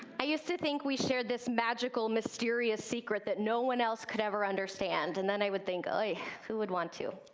i used to think we shared this magical, mysterious secret that no one else could ever understand, and then i would think, oh, who would want to.